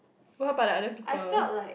what about the other people